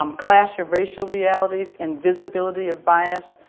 um clash of racial realities, invisibility of bias,